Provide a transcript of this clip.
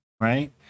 Right